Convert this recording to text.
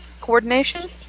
Coordination